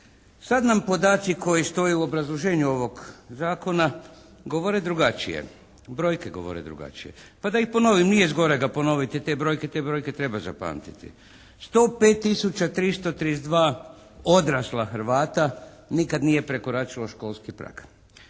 Sad nam podaci koji stoje u obrazloženju ovog Zakona govore drugačije. Brojke govore drugačije. Pa da ih ponovim, nije zgorega ponoviti te brojke, te brojke treba zapamtiti. 105 tisuća 332 odrasla Hrvata nikad nije prekoračilo školski prag.